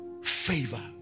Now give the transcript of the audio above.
favor